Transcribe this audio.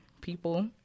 people